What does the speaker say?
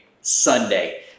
Sunday